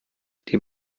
die